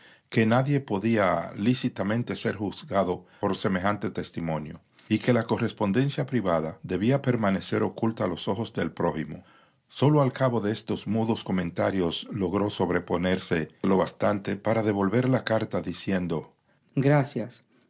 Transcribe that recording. que nadie podía lícitamente ser juzgado por semejante testimonio y que la correspondencia privada debía permanecer oculta a los ojos del prójimo sólo al cabo de estos mudos comentarios logró sobreponerse lo bastante para devolver la carta diciendo gracias